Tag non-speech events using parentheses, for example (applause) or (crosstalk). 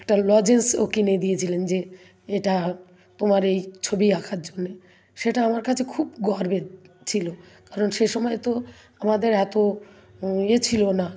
একটা লজেন্সও কিনে দিয়েছিলেন যে এটা হ (unintelligible) তোমার এই ছবি আঁকার জন্য সেটা আমার কাছে খুব গর্বের ছিল কারণ সে সময় তো আমাদের এত ইয়ে ছিল না